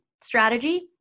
strategy